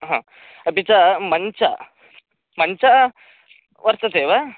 हा अपि च मञ्चः मञ्चः वर्तते वा